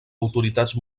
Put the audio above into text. autoritats